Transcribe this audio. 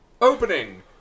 opening